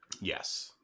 Yes